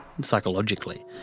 psychologically